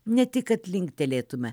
ne tik kad linktelėtume